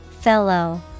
Fellow